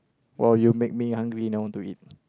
!wow! you make me hungry now I want to eat